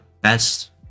best